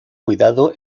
cuidado